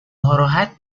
ناراحت